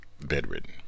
bedridden